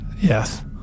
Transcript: Yes